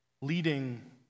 leading